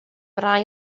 rai